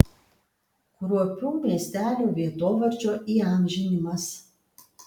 kruopių miestelio vietovardžio įamžinimas